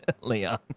Leon